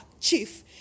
chief